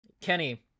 Kenny